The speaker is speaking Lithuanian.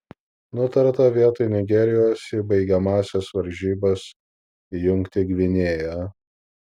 nutarta vietoj nigerijos į baigiamąsias varžybas įjungti gvinėją